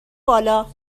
بالا